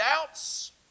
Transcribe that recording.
doubts